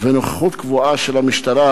ונוכחות קבועה של המשטרה,